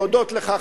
להודות לך,